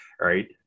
Right